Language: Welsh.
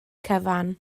cyfan